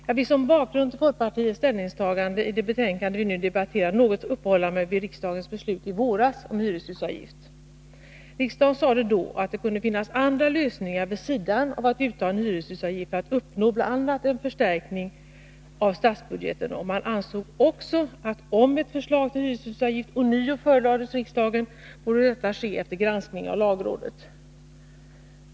Jag vill som bakgrund till folkpartiets ställningstagande i det betänkande vi nu debatterar något uppehålla mig vid riksdagens beslut i våras om hyreshusavgift. Riksdagen sade då, att det kunde finnas andra lösningar vid sidan av att utta en hyreshusavgift för att uppnå bl.a. en förstärkning av statsbudgeten. Man ansåg också att om ett förslag till hyreshusavgift ånyo förelades riksdagen, borde detta ske efter granskning av lagrådet.